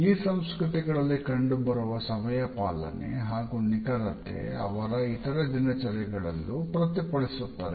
ಈ ಸಂಸ್ಕೃತಿಗಳಲ್ಲಿ ಕಂಡುಬರುವ ಸಮಯಪಾಲನೆ ಹಾಗೂ ನಿಖರತೆ ಅವರ ಇತರೆ ದಿನಚರಿಗಳಲ್ಲಿಯೂ ಪ್ರತಿಫಲಿಸುತ್ತದೆ